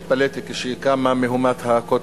התפלאתי כשקמה מהומת ה"קוטג'".